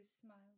smiles